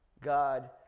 God